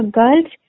girls